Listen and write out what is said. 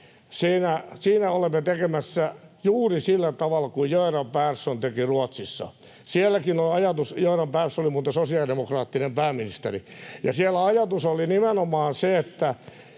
Siinä olemme tekemässä juuri sillä tavalla kuin Göran Persson teki Ruotsissa. Sielläkin ajatus — Göran Persson oli muuten sosiaalidemokraattinen pääministeri — oli nimenomaan se, ettei